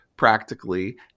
practically